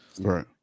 Right